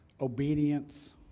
obedience